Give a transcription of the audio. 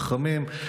חכמים,